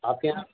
آپ کے یہاں